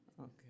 okay